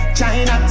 China